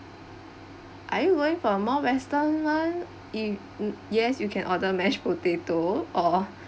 are you going for a more western one if mm yes you can order mashed potato or